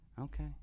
okay